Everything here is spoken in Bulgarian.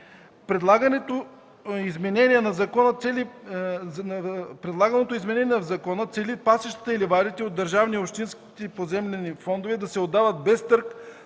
Предлаганото изменение на закона цели пасищата и ливадите от държавни и общински поземлени фондове да се отдават без търг